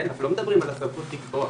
אנחנו לא מדברים על הסמכות לקבוע,